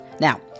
Now